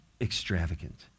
extravagant